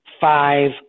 five